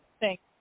Thanks